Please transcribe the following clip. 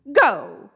Go